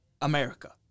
America